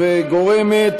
וגורמת